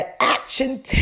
action